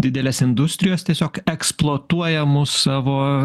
didelės industrijos tiesiog eksploatuoja mus savo